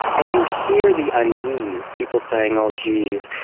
and you hear the unease, people saying, oh geez,